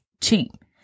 cheap